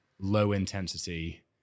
low-intensity